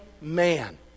man